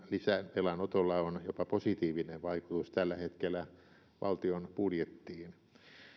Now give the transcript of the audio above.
lisävelanotolla on jopa positiivinen vaikutus tällä hetkellä valtion budjettiin